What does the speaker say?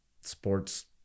sports